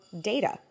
data